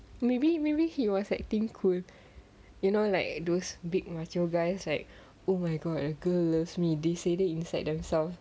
maybe maybe he was acting cool you know like those big macho guys like oh my god girl loves me they say the inside themselves